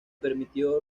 permitió